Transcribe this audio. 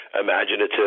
imaginative